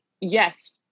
yes